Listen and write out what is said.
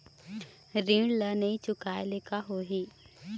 ऋण ला नई चुकाए ले का होही?